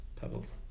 Pebbles